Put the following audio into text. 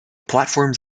platforms